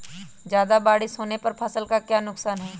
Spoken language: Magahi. ज्यादा बारिस होने पर फसल का क्या नुकसान है?